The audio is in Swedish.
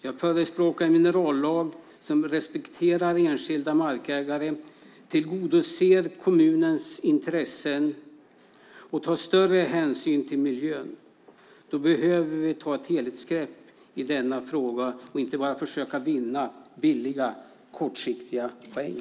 Jag förespråkar en minerallag som respekterar enskilda markägare, tillgodoser kommunens intressen och tar större hänsyn till miljön. Då behöver vi ta ett helhetsgrepp i denna fråga och inte bara försöka vinna billiga kortsiktiga poäng.